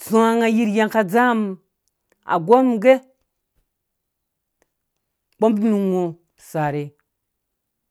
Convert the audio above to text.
tsũwã yirye nga ka dzamum agɛmum gɛ kpɔm num ngo sarhe.